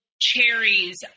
cherries